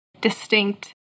distinct